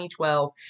2012